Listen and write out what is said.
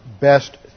best